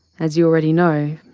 as you already know,